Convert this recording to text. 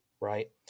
Right